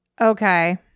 Okay